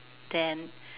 then